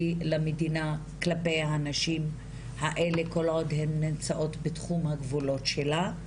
למדינה כלפי הנשים האלה כל עוד הן נמצאות בתחום הגבולות שלה,